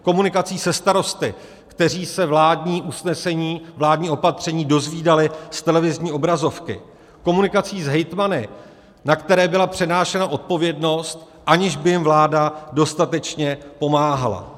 Komunikací se starosty, kteří se vládní usnesení, vládní opatření dozvídali z televizní obrazovky, komunikací s hejtmany, na které byla přenášena odpovědnost, aniž by jim vláda dostatečně pomáhala.